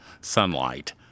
sunlight